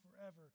forever